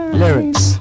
lyrics